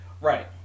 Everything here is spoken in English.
right